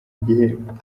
igihembo